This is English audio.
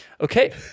Okay